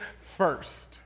first